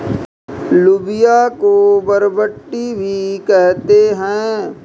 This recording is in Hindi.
लोबिया को बरबट्टी भी कहते हैं